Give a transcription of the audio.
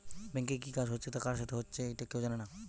ব্যাংকে কি কাজ হচ্ছে কার সাথে হচ্চে একটা কেউ জানে না